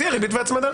זה יהיה ריבית והצמדה.